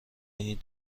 این